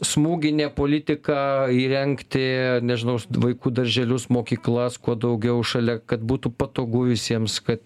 smūginė politika įrengti nežinau vaikų darželius mokyklas kuo daugiau šalia kad būtų patogu visiems kad